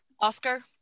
oscar